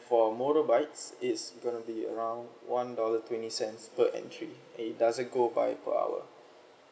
for motorbikes it's gonna be around one dollar twenty cents per entry it doesn't go by per hour